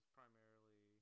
primarily